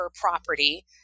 property